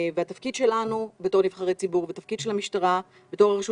התפקיד שלנו בתור נבחרי ציבור והתפקיד של המשטרה בתור הרשות